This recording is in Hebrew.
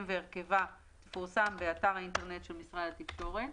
והרכבה יפורסם באתר האינטרנט של משרד התקשורת."